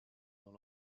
dans